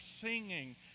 singing